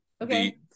Okay